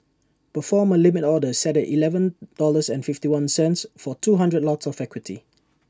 perform A limit order set at Eleven dollars and fifty one cents for two hundred lots of equity